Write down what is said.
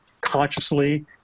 consciously